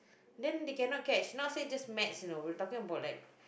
then they cannot catch not say just maths you know we're talking about like